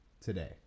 today